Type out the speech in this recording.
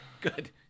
Good